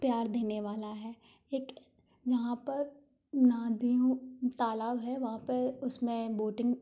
प्यार देने वाला है एक यहाँ पर नादियों तालाब है वहाँ पर उसमें बोटिंग